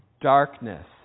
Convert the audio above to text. darkness